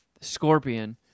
Scorpion